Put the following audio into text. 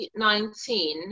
2019